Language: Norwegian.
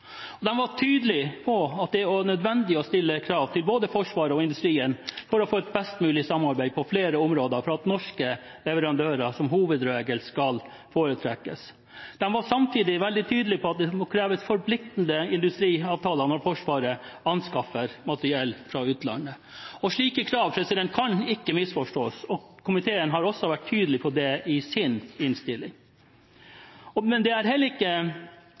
var tydelige på at det er nødvendig å stille krav til både Forsvaret og industrien for å få et best mulig samarbeid på flere områder for at norske leverandører som hovedregel skal foretrekkes. De var samtidig veldig tydelige på at det må kreves forpliktende industriavtaler når Forsvaret anskaffer materiell fra utlandet. Slike krav kan ikke misforstås, og komiteen har også vært tydelig på det i sin innstilling. Men det er heller ikke